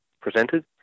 presented